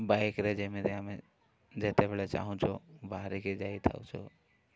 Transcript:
ବାଇକ୍ରେ ଯେମିତି ଆମେ ଯେତେବେଳେ ଚାହୁଁଛୁ ବାହାରିକି ଯାଇଥାଉଛୁ